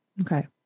Okay